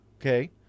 Okay